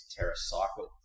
TerraCycle